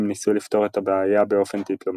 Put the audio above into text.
ניסו לפתור את הבעיה באופן דיפלומטי,